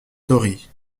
tori